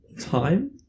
time